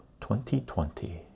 2020